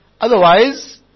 Otherwise